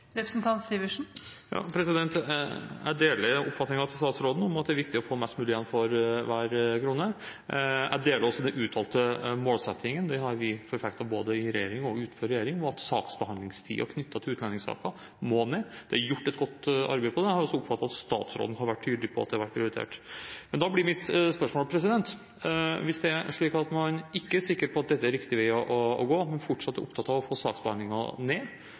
Jeg deler oppfatningen til statsråden om at det er viktig å få mest mulig igjen for hver krone. Jeg deler også de uttalte målsettingene. Vi har forfektet både i regjering og utenfor regjering at saksbehandlingstiden knyttet til utlendingssaker må ned. Det er gjort et godt arbeid på det. Jeg har også oppfattet at statsråden har vært tydelig på at det har vært prioritert. Da blir mitt spørsmål, hvis det er slik at man ikke er sikker på at dette er riktig vei å gå, men fortsatt er opptatt av å få saksbehandlingstiden ned